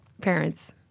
Parents